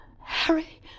Harry